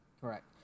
Correct